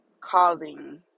causing